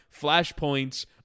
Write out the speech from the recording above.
flashpoints